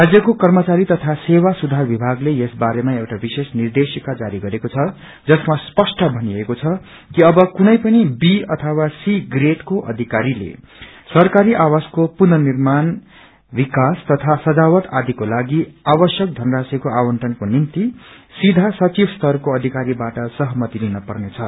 राज्यको कर्मचारी तया सेवा सुधार विभागले यस बारेमा एउटा विशेष निर्देशिक्व जारी गरेको छ जसमा स्पष्ट भनिएको छ कि अब कुनै पनि बी अथवा सी प्रेडक्रो अधिकारीले सरकारी आवासको पुनिर्माण विकास तथा सजावट आदिकोलागि आवश्यक धनराशिको आवंटनको निभ्ति सिया सचिव स्तरको अधिकारी बाट सहमति लिन पर्नेछ